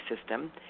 system